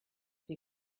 wir